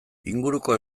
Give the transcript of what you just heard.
inguruko